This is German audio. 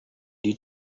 die